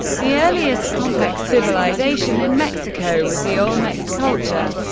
the earliest complex civilization in mexico was the olmec culture,